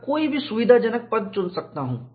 मैं कोई भी सुविधाजनक पथ चुन सकता हूं